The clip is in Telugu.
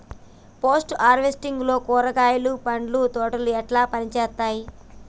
పోస్ట్ హార్వెస్టింగ్ లో కూరగాయలు పండ్ల తోటలు ఎట్లా పనిచేత్తనయ్?